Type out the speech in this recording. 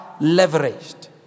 leveraged